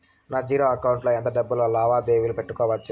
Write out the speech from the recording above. నా zero account లో ఎంత డబ్బులు లావాదేవీలు పెట్టుకోవచ్చు?